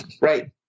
right